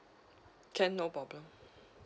can no problem